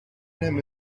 name